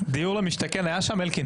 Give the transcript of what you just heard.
דיור למשתכן היה שם, אלקין?